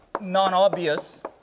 non-obvious